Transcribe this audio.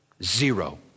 Zero